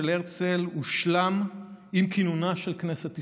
הרצל הושלם עם כינונה של כנסת ישראל.